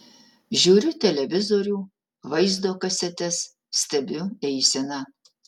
žiūriu televizorių vaizdo kasetes stebiu eiseną